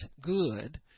good